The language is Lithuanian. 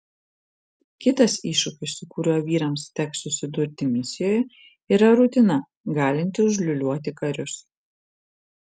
kitas iššūkis su kuriuo vyrams teks susidurti misijoje yra rutina galinti užliūliuoti karius